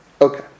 Okay